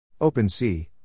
OpenSea